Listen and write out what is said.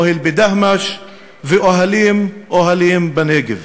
אוהל בדהמש ואוהלים-אוהלים בנגב.